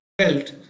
felt